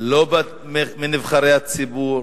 לא מנבחרי הציבור,